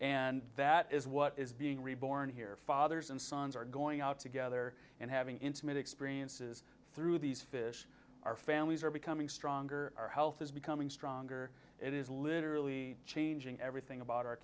and that is what is being reborn here fathers and sons are going out together and having intimate experiences through these fish our families are becoming stronger our health is becoming stronger it is literally changing everything about our